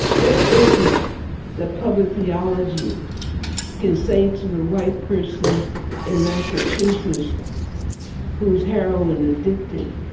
what is it that public theology can say to the white person in massachusetts who's heroin-addicted,